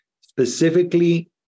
specifically